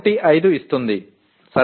215 ఇస్తుంది సరేనా